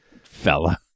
Fella